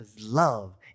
love